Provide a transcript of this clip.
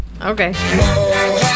Okay